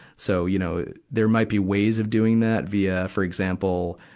so, you know, there might be ways of doing that, via, for example,